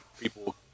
people